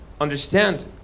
understand